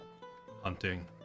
Hunting